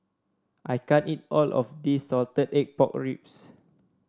I can't eat all of this Salted Egg Pork Ribs